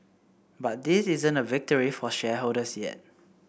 but this isn't a victory for shareholders yet